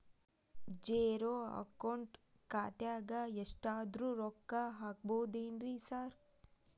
Zero account ಖಾತ್ಯಾಗ ಎಷ್ಟಾದ್ರೂ ರೊಕ್ಕ ಹಾಕ್ಬೋದೇನ್ರಿ ಸಾರ್?